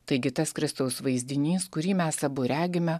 taigi tas kristaus vaizdinys kurį mes abu regime